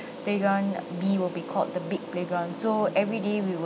playground B will be called the big playground so every day we would